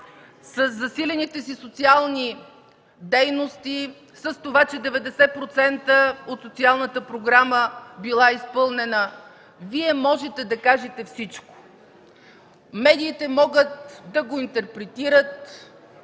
със засилените си социални дейности, с това, че 90% от социалната програма била изпълнена. Вие можете да кажете всичко. Медиите могат да го интерпретират